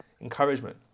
encouragement